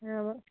হ্যাঁ এবার